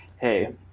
hey